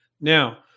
Now